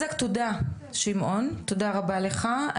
שמעון, תודה רבה לך.